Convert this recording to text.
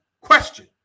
question